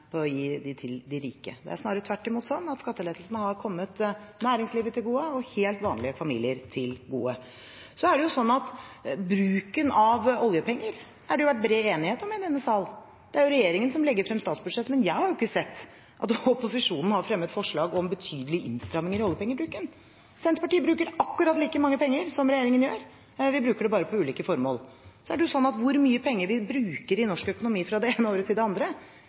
å gi til de rike, snarere tvert imot. Skattelettelsene har kommet næringslivet og helt vanlige familier til gode. Bruken av oljepenger har det vært bred enighet om i denne sal. Regjeringen legger jo frem statsbudsjettet, men jeg har ikke sett at opposisjonen har fremmet forslag om betydelige innstramminger i oljepengebruken. Senterpartiet bruker akkurat like mange penger som regjeringen, men vi bruker dem på ulike formål. Hvor mye penger vi bruker i norsk økonomi fra det ene året til det andre,